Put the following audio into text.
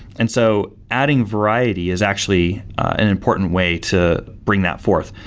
and so adding variety is actually an important way to bring that forth.